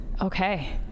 Okay